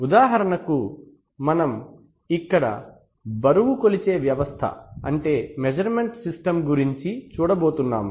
ఉదాహరణకు మనం ఇక్కడ బరువు కొలిచే వ్యవస్థ అంటే మెజర్మెంట్ సిస్టమ్ గురించి చూడబోతున్నాం